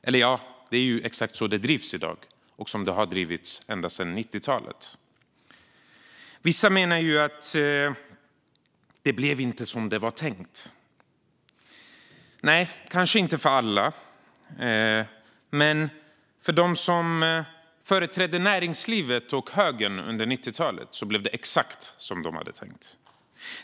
Eller ja, det är exakt så den drivs i dag och som den har drivits ända sedan 90talet. Vissa menar att det inte blev som det var tänkt. Nej, kanske inte för alla. Men för dem som företrädde näringslivet och högern under 90talet blev det exakt som de hade tänkt.